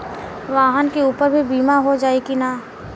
वाहन के ऊपर भी बीमा हो जाई की ना?